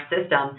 system